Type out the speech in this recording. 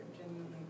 genuinely